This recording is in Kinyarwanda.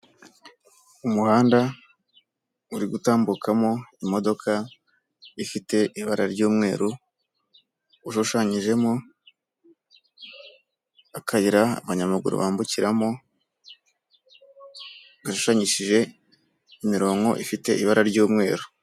Umuhanda uri gutambukamo imodoka ifite ibara ry'umweru, ushushanyijemo akayira abanyamaguru bambukiramo, gashushanyishije imirongo ifite ibara ry'umweru.